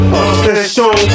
official